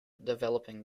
developing